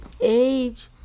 age